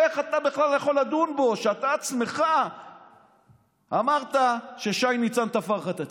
איך אתה בכלל יכול לדון בו כשאתה עצמך אמרת ששי ניצן תפר לך את התיק?